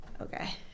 Okay